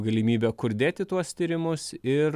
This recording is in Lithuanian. galimybę kur dėti tuos tyrimus ir